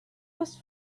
was